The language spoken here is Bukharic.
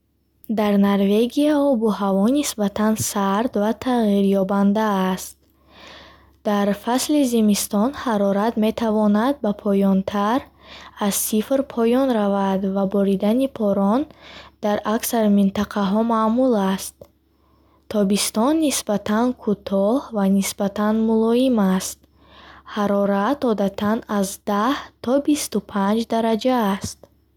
Дар Норвегия обу ҳаво нисбатан сард ва тағйирёбанда аст. Дар фасли зимистон ҳарорат метавонад ба поёнтар аз сифр поён равад ва боридани борон дар аксар минтақаҳо маъмул аст. Тобистон нисбатан кӯтоҳ ва нисбатан мулоим аст, ҳарорат одатан аз даҳ то бисту панҷ дараҷа аст.